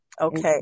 Okay